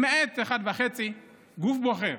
למעט אחד וחצי, גוף בוחר.